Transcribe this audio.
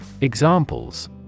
Examples